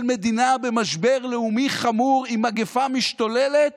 מדינה במשבר לאומי חמור עם מגפה משתוללת